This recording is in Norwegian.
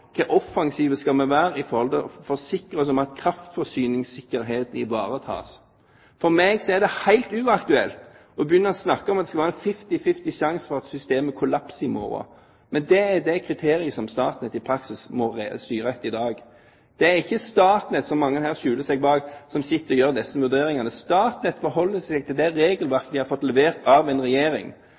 offensive vi skal være i forhold til å forsikre oss om at kraftforsyningssikkerheten ivaretas. For meg er det helt uaktuelt å begynne å snakke om at det skal være en fifty-fifty sjanse for at systemet kollapser i morgen, med de kriteriene som Statnett i praksis må styre etter i dag. Det er ikke Statnett, som mange her skjuler seg bak, som sitter og gjør disse vurderingene. Statnett forholder seg til det regelverket de har fått levert av en regjering.